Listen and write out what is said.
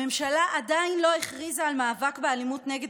הממשלה עדיין לא הכריזה על מאבק באלימות נגד